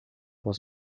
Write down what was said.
was